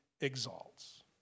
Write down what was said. exalts